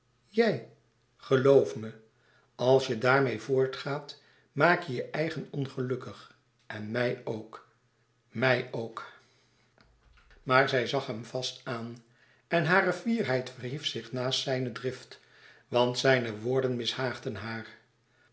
jij geloof me als je daar meê voortgaat maak je je eigen ongelukkig en mij ook mij ook maar zij zag hem vast aan en hare fierheid verhief zich naast zijne drift want zijne woorden mishaagden haar